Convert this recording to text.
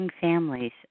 families